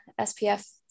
SPF